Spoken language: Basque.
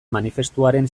manifestuaren